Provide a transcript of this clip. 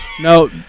No